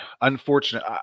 unfortunate